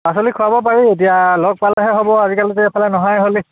পাচলি খোৱাব পাৰি এতিয়া লগ পালেহে হ'ব আজিকালিতো এইফালে নহাই হ'লি